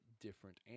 different